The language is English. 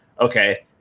okay